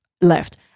left